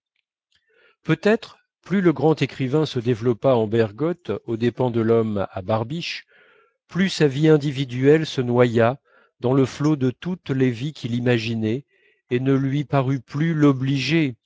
peut-être plus le grand écrivain se développa en bergotte aux dépens de l'homme à barbiche plus sa vie individuelle se noya dans le flot de toutes les vies qu'il imaginait et ne lui parut plus l'obliger